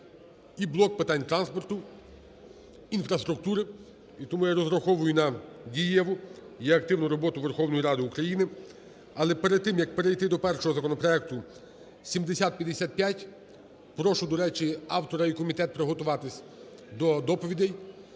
і блок питань транспорту, інфраструктури, і тому я розраховую на дієву і активну роботу Верховної Ради України. Але перед тим, як перейти до першого законопроекту 7055, прошу, до речі, автора і комітет приготуватися до доповідей.